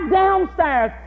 downstairs